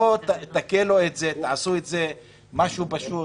בואו תקלו את זה, תעשו את זה משהו פשוט.